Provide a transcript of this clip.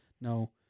No